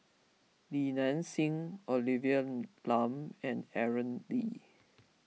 Li Nanxing Olivia Lum and Aaron Lee